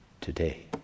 today